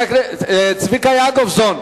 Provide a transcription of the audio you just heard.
צביקה יעקובזון,